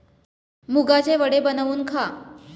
मुगाचे वडे बनवून खा